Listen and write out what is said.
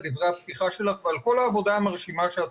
על דברי הפתיחה שלך ועל כל העבודה המרשימה שאת